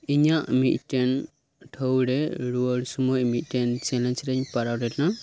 ᱤᱧᱟᱹᱜ ᱢᱤᱫ ᱴᱮᱱ ᱴᱷᱟᱶ ᱨᱮ ᱨᱩᱣᱟᱹᱲ ᱥᱳᱢᱳᱭ ᱢᱤᱫ ᱴᱮᱱ ᱪᱮᱞᱮᱧᱡᱽ ᱨᱮᱧ ᱯᱟᱨᱟᱣ ᱞᱮᱱᱟ